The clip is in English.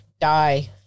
die